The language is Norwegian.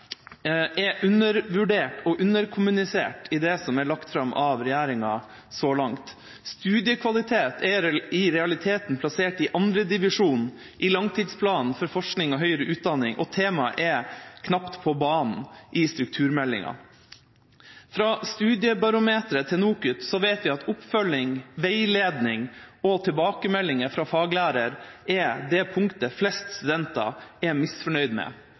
er undervurdert og underkommunisert i det som er lagt fram av regjeringa så langt. Studiekvalitet er i realiteten plassert i andredivisjon i langtidsplanen for forskning og høyere utdanning, og temaet er knapt på banen i strukturmeldinga. Fra studiebarometeret til NOKUT vet vi at oppfølging, veiledning og tilbakemeldinger fra faglærer er det punktet flest studenter er misfornøyde med.